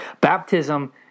Baptism